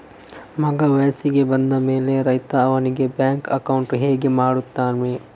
ಮಗ ವಯಸ್ಸಿಗೆ ಬಂದ ಮೇಲೆ ರೈತ ಅವನಿಗೆ ಬ್ಯಾಂಕ್ ಅಕೌಂಟ್ ಹೇಗೆ ಮಾಡ್ತಾನೆ?